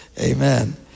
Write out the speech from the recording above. Amen